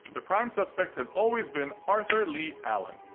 the prime suspect has always been arthur leigh allen,